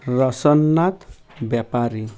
ରସନ୍ନାଥ ବେପାରୀ